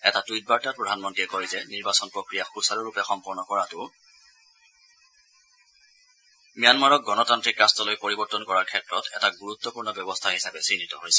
এটা টুইট বাৰ্তাত প্ৰধানমন্ত্ৰীয়ে কয় যে নিৰ্বাচন প্ৰক্ৰিয়া সূচাৰুৰূপে সম্পন্ন কৰাটো ম্যানমাৰক গণতান্নিক ৰাট্টলৈ পৰিৱৰ্তন কৰাৰ ক্ষেত্ৰত এটা গুৰুত্বপূৰ্ণ ব্যৱস্থা হিচাপে চিহ্নিত হৈছে